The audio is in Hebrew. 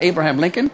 אברהם לינקולן,